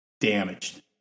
damaged